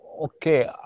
Okay